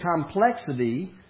complexity